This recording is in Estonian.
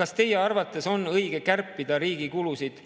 Kas teie arvates on õige kärpida riigi kulusid,